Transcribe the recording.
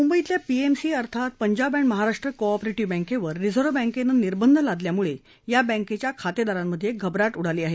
मुंबईतल्या पीएमसी अर्थात Punjab and Maharashtra cooperative बँकेवर रिझर्व बँकेनं निर्बंध घातल्यानं या बँकेच्या खातेदारांमध्ये घबराट उडाली आहे